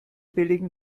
billigen